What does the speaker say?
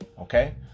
okay